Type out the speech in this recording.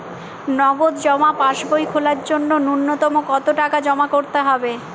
নগদ জমা পাসবই খোলার জন্য নূন্যতম কতো টাকা জমা করতে হবে?